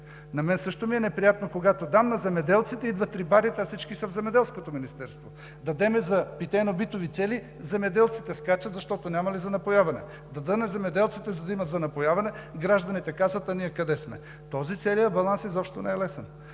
На мен също ми е неприятно – когато дам на земеделците, идват рибарите, а всички са в Земеделското министерство. Дадем за питейно-битови цели, земеделците скачат, защото нямали за напояване. Дадем на земеделците, за да има за напояване, гражданите казват: а ние къде сме? Този целият баланс изобщо не е лесен.